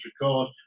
record